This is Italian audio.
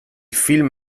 film